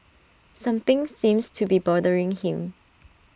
something seems to be bothering him